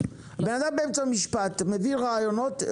בן אדם באמצע משפט, מביא רעיונות.